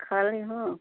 खड़ी हो